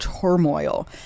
turmoil